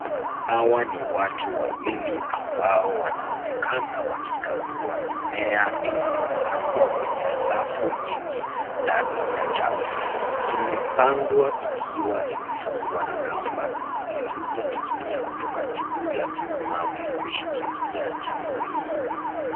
Hawa ni watu wawili ambao wanaonekana wakikagua mimea, iliyopandwa kwenye safu nyingi ndani ya chafu. Imepandwa ikiwa imefungwa na kamba, zilizoning'inia kutoka juu ya vyuma vilivyoshikilia chafu hii.